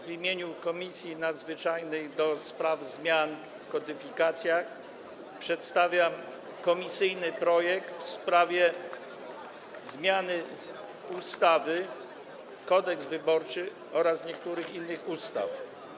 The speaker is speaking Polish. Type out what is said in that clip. W imieniu Komisji Nadzwyczajnej do spraw zmian w kodyfikacjach przedstawiam komisyjny projekt ustawy o zmianie ustawy Kodeks wyborczy oraz niektórych innych ustaw.